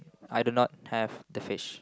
I do not have the fish